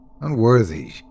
unworthy